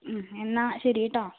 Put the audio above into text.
ഉം എന്നാൽ ശരി കേട്ടോ